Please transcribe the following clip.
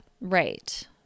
right